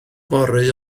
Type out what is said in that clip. fory